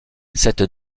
cette